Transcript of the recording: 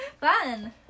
Fun